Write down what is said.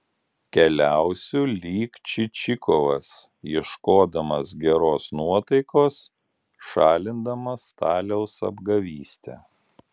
keliausiu lyg čičikovas ieškodamas geros nuotaikos šalindamas staliaus apgavystę